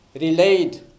relayed